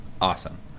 awesome